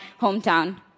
hometown